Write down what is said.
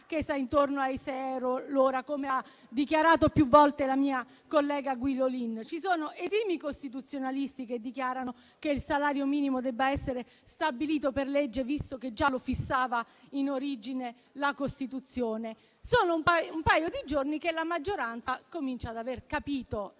intorno ai 6 euro l'ora, come ha dichiarato più volte la mia collega Guidolin. Ci sono esimi costituzionalisti che dichiarano che il salario minimo deve essere stabilito per legge, visto che già lo fissava in origine la Costituzione. Sono un paio di giorni che la maggioranza comincia ad aver capito